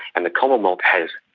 and the commonwealth has,